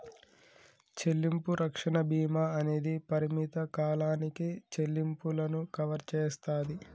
చెల్లింపు రక్షణ భీమా అనేది పరిమిత కాలానికి చెల్లింపులను కవర్ చేస్తాది